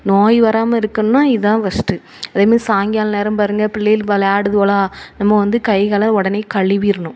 நோய் வராமல் இருக்கணும்னா இதான் ஃபஸ்ட்டு அதேமாரி சாயங்கால நேரம் பாருங்கள் புள்ளைகள் விளாடுதுவோளா நம்ம வந்து கை காலை உடனே கழுவிறணும்